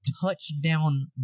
touchdown